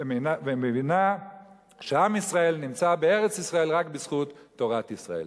ומבינה שעם ישראל נמצא בארץ-ישראל רק בזכות תורת ישראל.